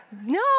no